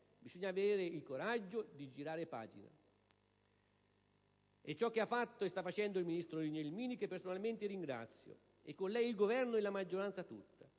bisogna avere il coraggio di girare pagina. È ciò che ha fatto e sta facendo il ministro Gelmini, che personalmente ringrazio, e con lei il Governo e la maggioranza tutta,